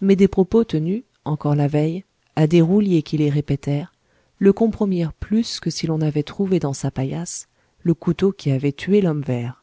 mais des propos tenus encore la veille à des rouliers qui les répétèrent le compromirent plus que si l'on avait trouvé dans sa paillasse le couteau qui avait tué l'homme vert